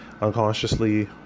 unconsciously